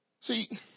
See